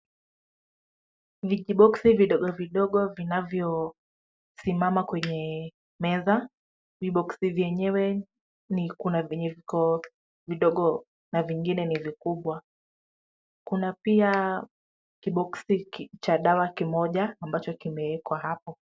Vijiboksi vidogo vidogo vinavyo simama kwenye meza, viboksi vyenyewe kuna vyenye viko vidogo na vingine ni vikubwa. Kuna pia kiboksi cha dawa kimoja ambacho kimeekwa hapo.